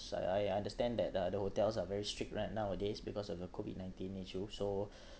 I I understand that uh the hotels are very strict right nowadays because of the COVID nineteen issue so